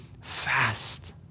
fast